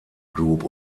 group